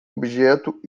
objetivo